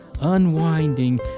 Unwinding